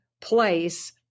place